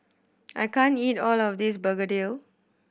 I can't eat all of this begedil